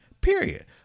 period